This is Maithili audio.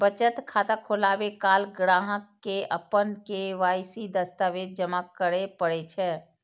बचत खाता खोलाबै काल ग्राहक कें अपन के.वाई.सी दस्तावेज जमा करय पड़ै छै